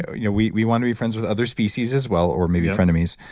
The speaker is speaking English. you know we we want to be friends with other species as well or maybe frenemies.